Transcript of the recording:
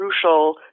crucial